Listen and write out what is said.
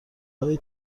های